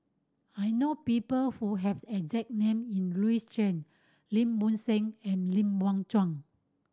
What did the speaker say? I know people who have exact name in Louis Chen Lim Bo Seng and Lim Biow Chuan